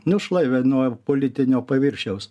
nušlavė nuo politinio paviršiaus